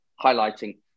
highlighting